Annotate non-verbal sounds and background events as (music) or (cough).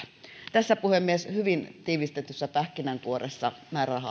tässä puhemies hyvin tiivistetyssä pähkinänkuoressa määräraha (unintelligible)